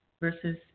versus